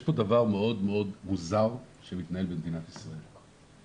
יש פה דבר מאוד מוזר שמתנהל במדינת ישראל.